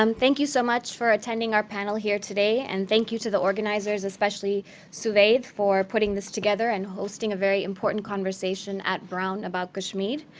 um thank you so much for attending our panel here today. and thank you to the organizers, especially suvaid, for putting this together and hosting a very important conversation at brown about kashmir.